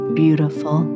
beautiful